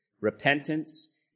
Repentance